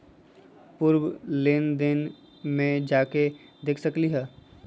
पूर्व लेन देन में जाके देखसकली ह?